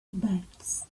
birds